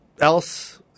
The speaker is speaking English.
else